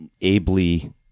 ably